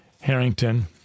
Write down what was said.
Harrington